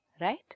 right